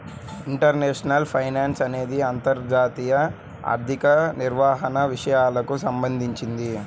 international finance అనేది అంతర్జాతీయ ఆర్థిక నిర్వహణ విషయాలకు సంబంధించింది